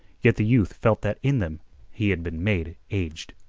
yet the youth felt that in them he had been made aged.